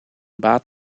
baat